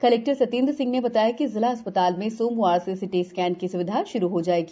collector Satyendra Singh ने बताया कि जिला अस् ताल में सोमवार से सिटी स्केन की स्विधा श्रु हो जायेगी